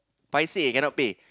paiseh cannot pay